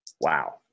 Wow